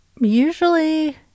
Usually